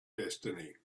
destiny